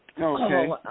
Okay